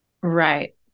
Right